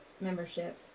membership